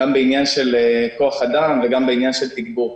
גם בעניין של כוח אדם וגם בעניין של תגבור.